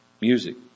music